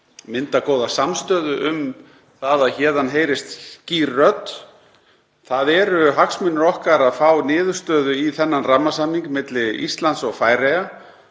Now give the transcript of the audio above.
mynda góða samstöðu um það að héðan heyrist skýr rödd. Það eru hagsmunir okkar að fá niðurstöðu í þennan rammasamning milli Íslands og Færeyja